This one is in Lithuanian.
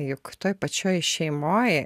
juk toj pačioj šeimoj